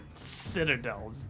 Citadel